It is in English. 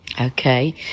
Okay